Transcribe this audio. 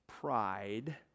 pride